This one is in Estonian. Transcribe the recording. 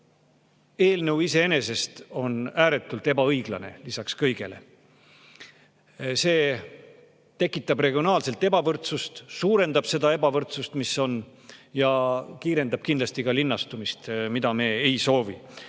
eelnõu iseenesest on ääretult ebaõiglane, lisaks kõigele. See tekitab regionaalset ebavõrdsust, suurendab seda ebavõrdsust, mis on, ja kiirendab kindlasti ka linnastumist, mida me ei soovi.